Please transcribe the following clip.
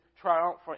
triumphal